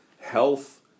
health